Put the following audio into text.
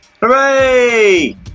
hooray